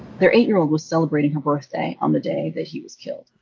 their eight-year-old was celebrating her birthday on the day that he was killed.